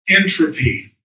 entropy